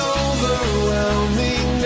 overwhelming